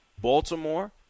Baltimore